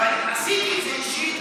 ואני עשיתי את זה אישית,